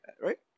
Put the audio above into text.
right